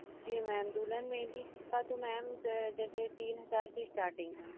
जी ma'am दुल्हन मेहँदी का तो मैम जैसे तीन हज़ार से इस्टार्टिंग है